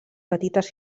petites